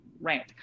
rant